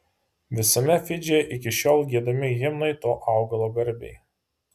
visame fidžyje iki šiol giedami himnai to augalo garbei